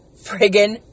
friggin